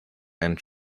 and